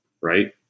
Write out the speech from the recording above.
Right